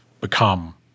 become